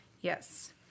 Yes